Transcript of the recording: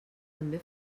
també